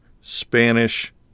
Spanish